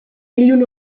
ilun